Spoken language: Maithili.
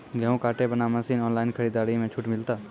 गेहूँ काटे बना मसीन ऑनलाइन खरीदारी मे छूट मिलता?